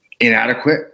inadequate